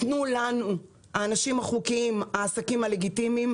נו לנו האנשים החוקיים והעסקים הלגיטימיים,